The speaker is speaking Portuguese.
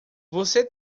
você